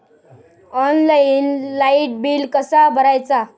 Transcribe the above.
Online light bill कसा भरायचा?